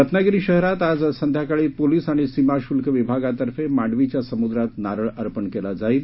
रत्नागिरी शहरात आज संध्याकाळी पोलीस आणि सीमाशुल्क विभागातर्फे मांडवीघ्या समुद्रात नारळ अर्पण केला जाईल